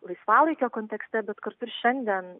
laisvalaikio kontekste bet kartu ir šiandien